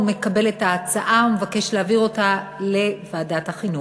הוא מקבל את ההצעה ומבקש להעביר אותה לוועדת החינוך.